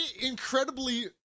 Incredibly